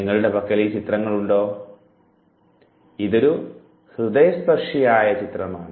നിങ്ങളുടെ പക്കൽ ഈ ചിത്രങ്ങൾ ഉണ്ടോ ഇതൊരു ഹൃദയ സ്പർശിയായ ഒരു ചിത്രമാണ്